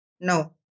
No